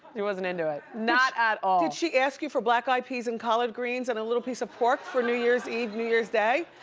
she wasn't into it, not at all. did she ask you for black eyes peas and collard greens, and a little piece of pork for new year's eve, new year's day?